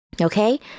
Okay